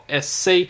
SC